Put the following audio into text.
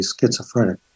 schizophrenic